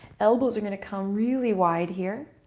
elbows are going to come really wide here.